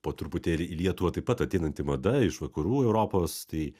po truputėlį į lietuvą taip pat ateinanti mada iš vakarų europos tai